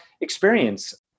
experience